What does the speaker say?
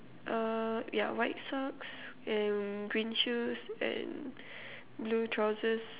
err yeah white socks and green shoes and blue trousers